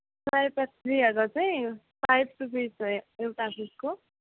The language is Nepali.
सयपत्रीहरू चाहिँ फाइभ रुपिज हो एउटा पिसको